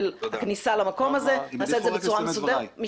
להיפסק.